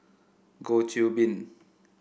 Goh Qiu Bin